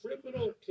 criminal